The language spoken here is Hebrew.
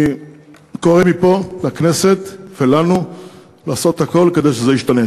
אני קורא מפה לכנסת ולנו לעשות הכול כדי שזה ישתנה.